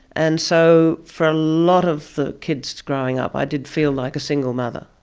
and so for a lot of the kids growing up i did feel like a single mother.